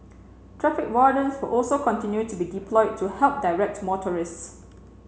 traffic wardens will also continue to be deployed to help direct motorists